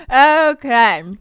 Okay